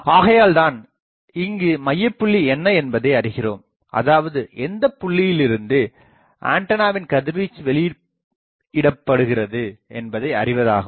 ஆகையால்தான் இங்கு மையப்புள்ளி என்ன என்பதை அறிகிறோம் அதாவது எந்தப்புள்ளியிலிருந்து ஆண்டனாவின் கதிர்வீச்சு வெளிப்படுகிறது என்பதை அறிவதாகும்